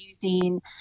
using